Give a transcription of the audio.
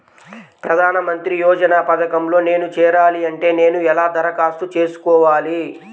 ప్రధాన మంత్రి యోజన పథకంలో నేను చేరాలి అంటే నేను ఎలా దరఖాస్తు చేసుకోవాలి?